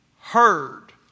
heard